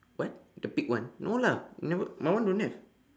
what the ticked one no lah never my one don't have